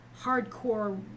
hardcore